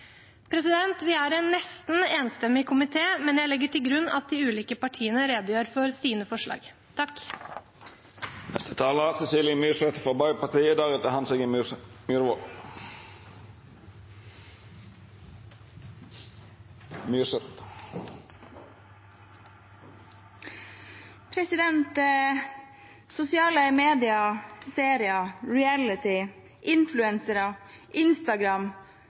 Vi er en nesten enstemmig komité, men jeg legger til grunn at de ulike partiene redegjør for sine forslag.